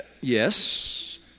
Yes